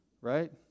right